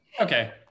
Okay